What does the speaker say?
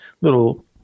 little